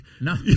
no